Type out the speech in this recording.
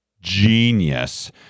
genius